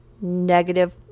negative